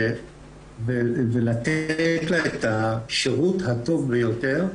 ולתת לה את השירות הטוב ביותר.